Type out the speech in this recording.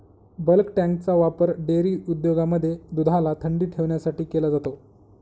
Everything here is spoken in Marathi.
बल्क टँकचा वापर डेअरी उद्योगांमध्ये दुधाला थंडी ठेवण्यासाठी केला जातो